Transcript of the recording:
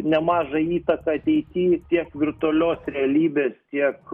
nemažą įtaką ateity tiek virtualios realybės tiek